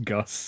Gus